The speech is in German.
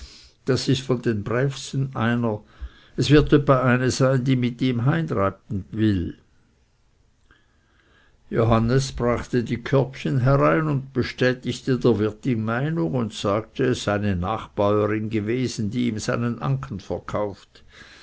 das ist von den brävsten einer es wird öppe eine sein die mit ihm heimreiten will johannes brachte die körbchen herein und bestätigte der wirtin meinung und sagte es sei eine nachbäurin gewesen die ihm seinen anken verkauft